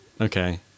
Okay